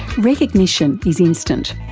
recognition is instant.